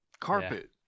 Carpet